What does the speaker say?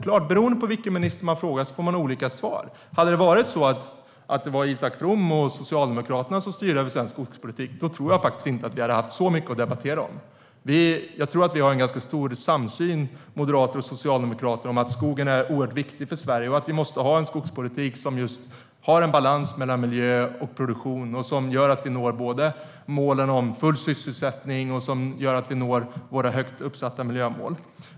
Man får olika svar beroende på vilken minister man frågar. Hade det varit Isak From och Socialdemokraterna som styrt över svensk skogspolitik tror jag faktiskt inte att vi hade haft så mycket att debattera om. Jag tror att vi har en ganska stor samsyn moderater och socialdemokrater emellan om att skogen är viktig för Sverige och att vi måste ha en skogspolitik med balans mellan miljö och produktion, så att vi når både målen om full sysselsättning och våra högt uppsatta miljömål.